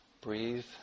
Breathe